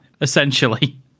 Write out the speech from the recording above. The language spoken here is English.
Essentially